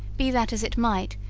be that as it might,